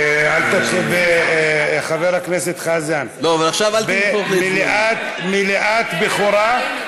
אבל עכשיו אל, חבר הכנסת חזן, מליאת בכורה.